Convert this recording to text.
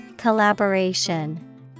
Collaboration